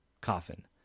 coffin